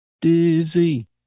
Dizzy